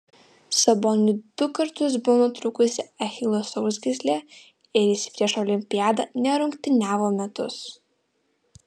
saboniui du kartus buvo nutrūkusi achilo sausgyslė ir jis prieš olimpiadą nerungtyniavo metus